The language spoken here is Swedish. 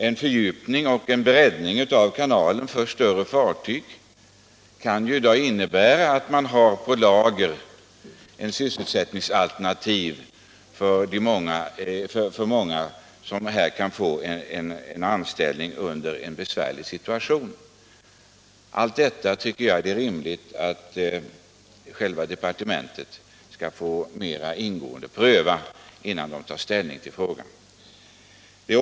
En fördjupning och breddning av kanalen för större fartyg kan innebära att man har ett sysselsättningsalternativ på lager, så att många kan få anställning i en besvärlig situation. Allt detta tycker jag det är rimligt att departementet mer ingående skall få pröva innan man tar ställning i frågan.